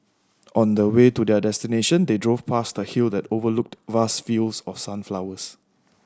on the way to their destination they drove past a hill that overlooked vast fields of sunflowers